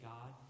God